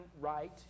right